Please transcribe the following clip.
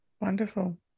Wonderful